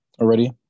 already